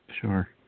Sure